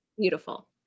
Beautiful